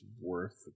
worth